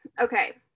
okay